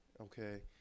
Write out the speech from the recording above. okay